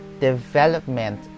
development